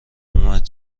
اومد